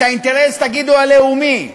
את האינטרס, תגידו, הלאומי.